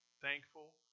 Thankful